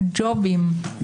ג'ובים.